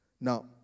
Now